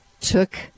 took